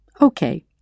Okay